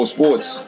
Sports